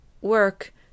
work